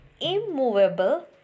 immovable